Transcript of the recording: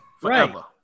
Forever